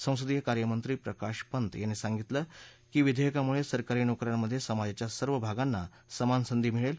संसदीय कार्यमंत्री प्रकाश पंत यांनी सांगितलं की विधेयकामुळे सरकारी नोक यांमध्ये समाजाच्या सर्व भागांना समान संधी मिळेल